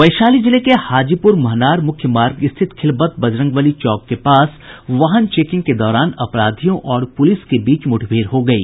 वैशाली जिले के हाजीपुर महनार मुख्य मार्ग स्थित खिलवत बजरंगबली चौक के पास वाहन चेकिंग के दौरान अपराधियों और पुलिस के बीच मुठभेड़ हो गयी